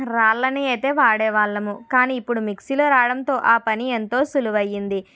రాళ్ళని అయితే వాడే వాళ్ళము కానీ ఇప్పుడు మిక్సీలు రావడంతో ఆ పని ఎంతో సులువయింది ఇంకా